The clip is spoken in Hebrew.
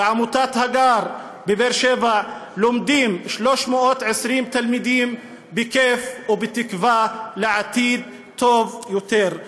בעמותת הגר בבאר שבע לומדים 320 תלמידים בכיף ובתקווה לעתיד טוב יותר.